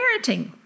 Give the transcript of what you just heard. parenting